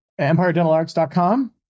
EmpireDentalArts.com